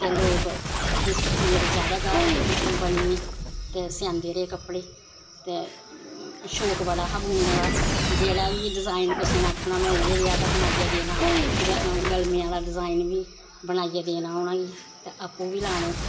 ते लोग फ्ही मेरे जादा गाह्क बधी बनी गे ते सेआंदे रेह् कपड़े ते शौंक बड़ा हा बुनने दा जेह्ड़ा बी डिजाईन कुसै ने आखना मे उ'ऐ गै बनाइयै देना गलमें आह्ला डिजाईन बी बनाइयै देना उनां गी ते आपूं बी लाने